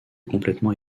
complètement